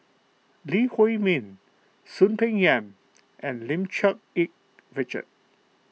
Lee Huei Min Soon Peng Yam and Lim Cherng Yih Richard